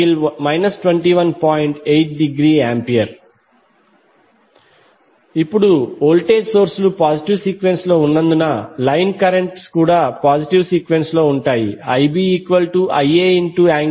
8°A ఇప్పుడు voltage source లు positive sequence లో ఉన్నందున లైన్ కరెంట్ స్ కూడా పాజిటివ్ సీక్వెన్స్ లో ఉంటాయి IbIa∠ 120°6